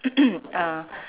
uh